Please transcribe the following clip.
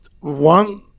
one